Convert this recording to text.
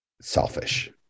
selfish